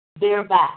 Thereby